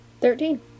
Thirteen